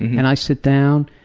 and i sit down,